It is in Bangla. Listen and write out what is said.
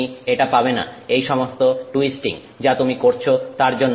তুমি এটা পাবে না এই সমস্ত টুইস্টিং যা তুমি করছো তার জন্য